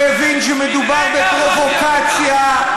והבין שמדובר בפרובוקציה,